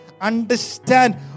understand